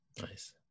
Nice